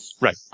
Right